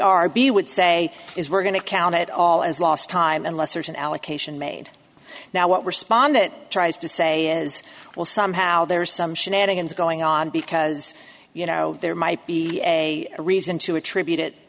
rb would say is we're going to count it all as last time unless there's an allocation made now what we're spondon tries to say is well somehow there's some shenanigans going on because you know there might be a reason to attribute it